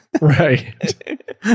Right